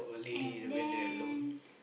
and then